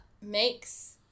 makes